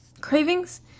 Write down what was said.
Cravings